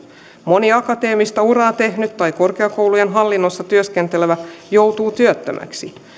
moni akateemista uraa tehnyt tai korkeakoulujen hallinnossa työskentelevä joutuu työttömäksi